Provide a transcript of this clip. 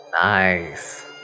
Nice